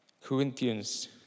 Corinthians